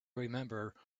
remember